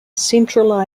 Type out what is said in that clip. central